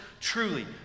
truly